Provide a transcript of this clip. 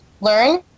learn